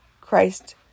Christ